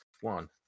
One